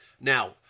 Now